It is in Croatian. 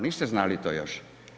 Niste znali to još?